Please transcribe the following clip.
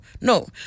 no